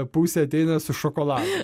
pusė ateina su šokoladu